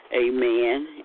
Amen